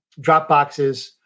Dropboxes